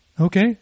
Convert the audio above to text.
Okay